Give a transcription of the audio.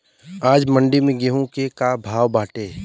आज मंडी में गेहूँ के का भाव बाटे?